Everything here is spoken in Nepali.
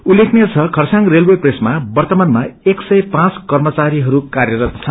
उल्लेखनीय छ खरसाङ रेलवे प्रेसमा वव्रमान एक यस पाँच कर्मचारी कार्यरत छन्